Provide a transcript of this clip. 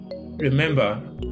Remember